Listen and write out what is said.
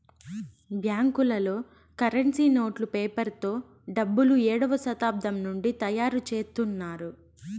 బ్యాంకులలో కరెన్సీ నోట్లు పేపర్ తో డబ్బులు ఏడవ శతాబ్దం నుండి తయారుచేత్తున్నారు